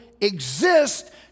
exist